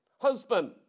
Husband